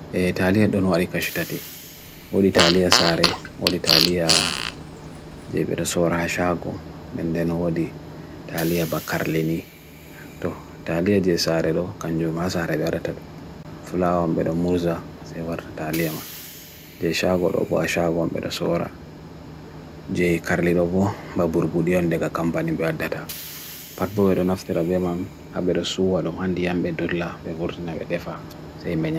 e talia dunwari kashitati odi talia sarhe odi talia je beresora hashago nende nwadi talia bakarleni talia je sarhe lo kanju maa sarhe gara tad fulao ambedo mulza se warrta talia man je shago lo bo hashago ambedo sora je karli lo bo baburbudion de ga kampanin biya data patbohe dun aftirabwe mam habberesu wa dum handi ambedo rila